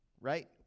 right